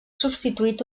substituït